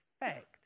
effect